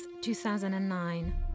2009